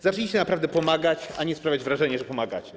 Zacznijcie naprawdę pomagać, a nie sprawiać wrażenie, że pomagacie.